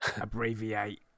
abbreviate